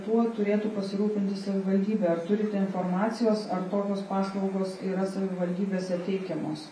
tuo turėtų pasirūpinti savivaldybė ar turite informacijos ar tokios paslaugos yra savivaldybėse teikiamos